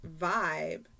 vibe